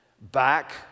back